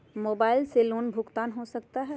Mobile से loan भुगतान हो सकता है?